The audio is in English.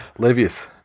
Levius